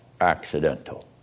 accidental